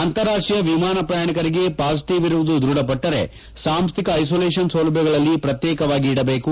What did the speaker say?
ಅಂತಾರಾಷ್ಟೀಯ ವಿಮಾನ ಪ್ರಯಾಣಿಕರಿಗೆ ಪಾಸಿಟಿವ್ ಇರುವುದು ದ್ವಢಪಟ್ಟರೆ ಸಾಂಸ್ಥಿಕ ಐಸೊಲೇಷನ್ ಸೌಲಭ್ಯಗಳಲ್ಲಿ ಪ್ರತ್ಯೇಕವಾಗಿ ಇದಬೇಕು